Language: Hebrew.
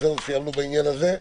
סיימנו את העניין הזה?